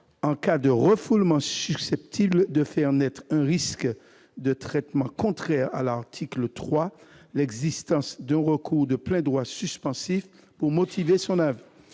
en cas de refoulement susceptible de faire naître un risque de traitements contraires à l'article 3, l'existence d'un recours de plein droit suspensif » pour motiver son avis.